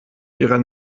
ihrer